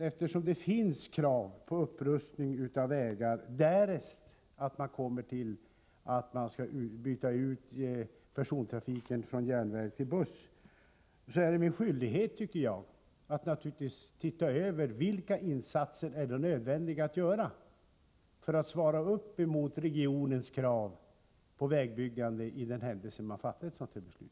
Eftersom det finns krav på upprustning av vägar därest man kommer fram till att persontrafiken skall föras över från järnväg till buss, är det naturligtvis min skyldighet att ta ställning till vilka insatser som är nödvändiga att göra för att man skall kunna motsvara regionens krav på vägbyggande i den händelse man fattar ett sådant beslut.